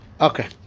Okay